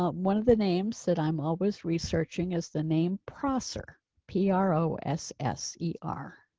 ah one of the names that i'm always researching, as the name prosser p r o s s e r.